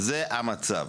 זה המצב.